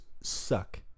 suck